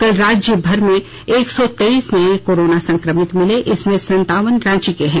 कल राज्य भर में एक सौ तेईस नये कोरोना संक्रमित मिले इसमें संतावन रांची के हैं